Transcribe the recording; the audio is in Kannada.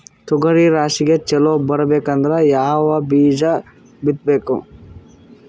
ತೊಗರಿ ರಾಶಿ ಚಲೋ ಬರಬೇಕಂದ್ರ ಯಾವ ಬೀಜ ಬಿತ್ತಬೇಕು?